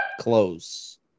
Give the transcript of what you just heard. close